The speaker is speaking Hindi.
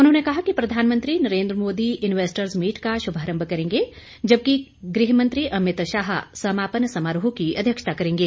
उन्होंने कहा कि प्रधानमंत्री नरेंद्र मोदी इन्वेस्टर्स मीट का शुभारम्भ करेंगे जबकि गृह मंत्री अमित शाह समापन समारोह की अध्यक्षता करेंगे